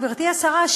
גברתי השרה,